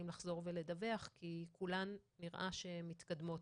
לחזור ולדווח כי נראה שכולן מתקדמות.